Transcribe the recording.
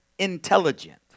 intelligent